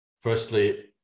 firstly